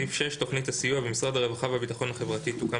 תוכנית הסיוע במשרד הרווחה והביטחון החברתי תוקם